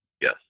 Yes